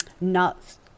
nuts